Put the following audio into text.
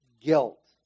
guilt